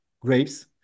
grapes